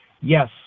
yes